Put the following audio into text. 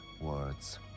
words